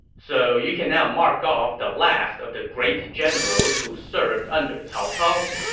so you can now mark off the last of the great generals who served under cao cao.